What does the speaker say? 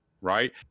Right